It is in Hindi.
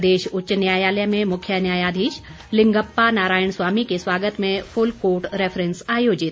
प्रदेश उच्च न्यायालय में मुख्य न्यायाधीश लिंगप्पा नारायण स्वामी के स्वागत में फुलकोर्ट रैफरेंस आयोजित